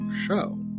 show